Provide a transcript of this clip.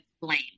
blame